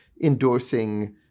endorsing